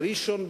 בראשון-לציון,